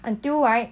until right